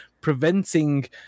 preventing